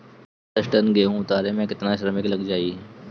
दस टन गेहूं उतारे में केतना श्रमिक लग जाई?